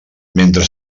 mentre